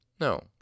No